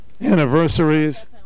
anniversaries